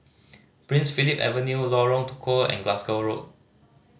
Prince Philip Avenue Lorong Tukol and Glasgow Road